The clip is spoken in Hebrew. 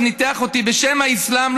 שניתח אותי בשם האסלאם,